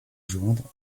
joindre